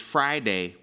Friday